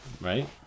right